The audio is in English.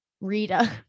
Rita